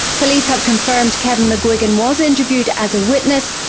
police have confirmed kevin mcguigan was interviewed as a witness,